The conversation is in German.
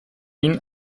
ihn